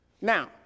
Now